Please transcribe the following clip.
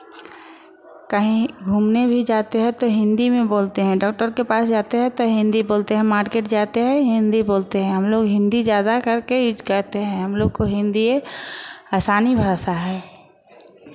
कहीं घूमने भी जाते हैं तो हिन्दी में बोलते हैं डॉक्टर के पास जाते हैं तो हिन्दी बोलते हैं मार्केट जाते हैं हिन्दी बोलते हैं हम लोग हिन्दी ज़्यादा करके यूज़ करते हैं हम लोग को हिन्दिये आसानी भाषा है